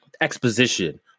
exposition